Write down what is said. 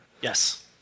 Yes